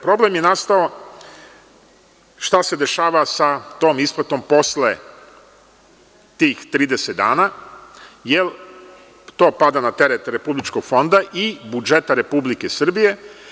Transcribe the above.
Problem je nastao, šta se dešava sa tom isplatom posle tih 30 dana, jer to pada na teret Republičkog fonda i budžeta Republike Srbije.